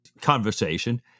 conversation